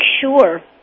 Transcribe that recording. sure